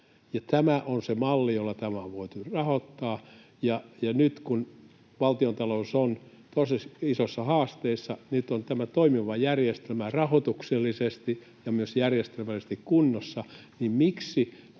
Tämä on se malli, jolla tämä on voitu rahoittaa. Nyt kun valtiontalous on tosi isoissa haasteissa ja toimiva järjestelmä on rahoituksellisesti ja myös järjestelmällisesti kunnossa, niin miksi